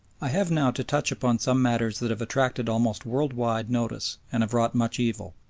i have now to touch upon some matters that have attracted almost world-wide notice and have wrought much evil.